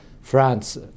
France